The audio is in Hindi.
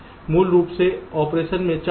अब मूल रूप से ऑपरेशन के 4 तरीके हैं